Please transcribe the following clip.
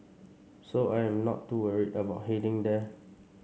so I am not too worried about heading there